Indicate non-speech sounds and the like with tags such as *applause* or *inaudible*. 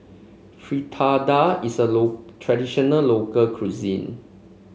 Fritada is a *unintelligible* traditional local cuisine